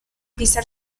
pisar